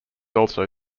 also